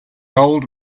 old